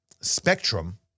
spectrum